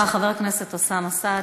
תודה, חבר הכנסת אוסאמה סעדי.